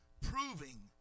proving